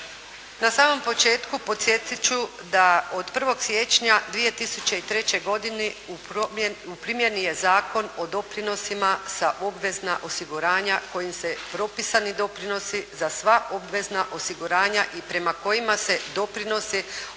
Na samom početku podsjetiti ću da do 1. siječnja 2003. godini u primjeni je Zakon o doprinosima za obvezna osiguranja kojim se propisani doprinosi za sva obvezna osiguranja i prema kojima se doprinosi